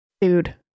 dude